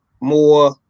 more